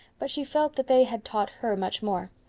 but she felt that they had taught her much more.